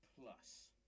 Plus